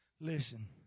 Listen